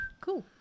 cool